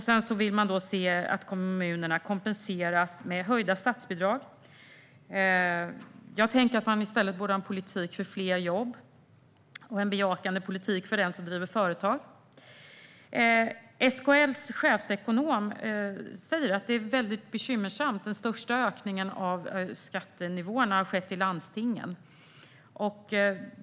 Sedan vill man att kommunerna kompenseras med höjda statsbidrag. Jag för min del tänker mig att man i stället borde ha en politik för fler jobb och en bejakande politik för dem som driver företag. SKL:s chefsekonom säger att det är väldigt bekymmersamt att den största ökningen av skattenivåerna har skett i landstingen.